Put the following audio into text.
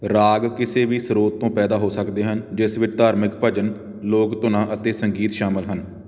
ਰਾਗ ਕਿਸੇ ਵੀ ਸਰੋਤ ਤੋਂ ਪੈਦਾ ਹੋ ਸਕਦੇ ਹਨ ਜਿਸ ਵਿੱਚ ਧਾਰਮਿਕ ਭਜਨ ਲੋਕ ਧੁਨਾਂ ਅਤੇ ਸੰਗੀਤ ਸ਼ਾਮਿਲ ਹਨ